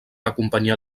acompanyar